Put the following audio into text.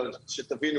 שתבינו,